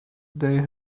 they